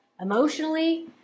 emotionally